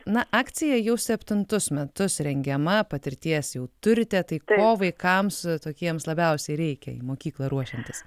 na akcija jau septintus metus rengiama patirties jau turite tai ko vaikams tokiems labiausiai reikia į mokyklą ruošiantis